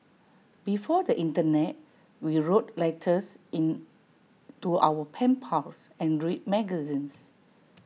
before the Internet we wrote letters in to our pen pals and read magazines